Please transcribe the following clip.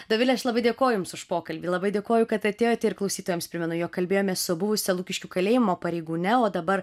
dovile aš labai dėkoju jums už pokalbį dėkoju kad atėjote ir klausytojams primenu jog kalbėjomės su buvusia lukiškių kalėjimo pareigūne o dabar